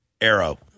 arrow